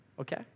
okay